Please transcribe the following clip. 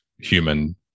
human